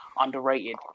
underrated